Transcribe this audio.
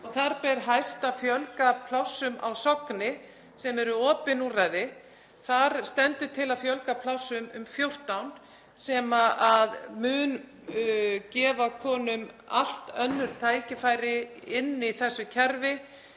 og þar ber hæst að fjölgað verður plássum á Sogni sem eru opin úrræði. Þar stendur til að fjölga plássum um 14 sem mun gefa konum allt önnur tækifæri inni í þessu kerfi,